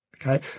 okay